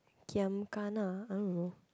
kiam gana I don't know